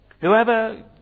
Whoever